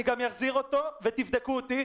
אני גם אחזיר אותו ותבדקו אותי.